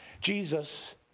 Jesus